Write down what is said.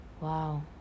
wow